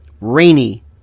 rainy